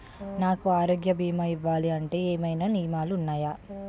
నాకు ఆరోగ్య భీమా ఇవ్వాలంటే ఏమైనా నియమాలు వున్నాయా?